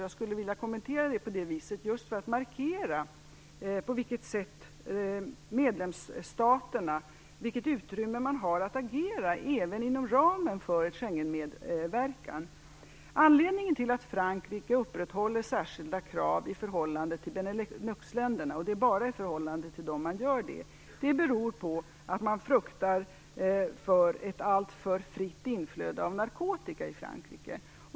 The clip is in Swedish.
Jag skulle vilja kommentera den för att markera vilket utrymme medlemsstaterna har att agera även inom ramen för sin Schengenmedverkan. Anledningen till att Frankrike upprätthåller särskilda krav i förhållande till Beneluxländerna - det är bara i förhållande till dessa som man gör det - är att man fruktar för ett alltför fritt inflöde av narkotika i Frankrike.